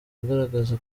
agaragaza